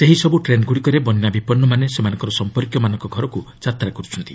ସେହିସବୁ ଟ୍ରେନ୍ଗୁଡ଼ିକରେ ବନ୍ୟା ବିପନ୍ନମାନେ ସେମାନଙ୍କର ସଂପର୍କୀୟମାନଙ୍କ ଘରକୁ ଯାତ୍ରା କରୁଛନ୍ତି